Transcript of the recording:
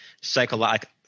psychological